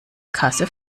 kasse